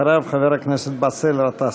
אחריו, חבר הכנסת באסל גטאס.